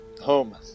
home